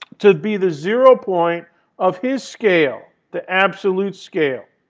to be the zero point of his scale, the absolute scale.